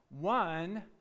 One